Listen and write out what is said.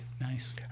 Nice